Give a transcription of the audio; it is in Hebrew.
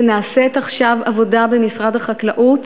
ונעשית עכשיו עבודה במשרד החקלאות